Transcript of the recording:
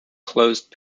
closed